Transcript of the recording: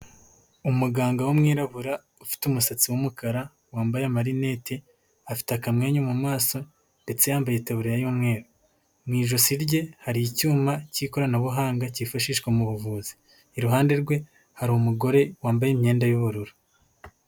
Umuganga w’umwirabura ufite umusatsi w’umukara, wambaye amarinete, afite akamwenyu mu maso ndetse yambaye itaburiya y'umweru, mu ijosi rye hari icyuma cy'ikoranabuhanga cyifashishwa mu buvuzi, iruhande rwe hari umugore wambaye imyenda y’ubururu.